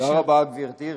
תודה רבה, גברתי.